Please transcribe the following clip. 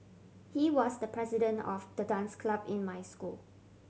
he was the president of the dance club in my school